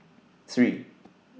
three